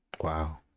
Wow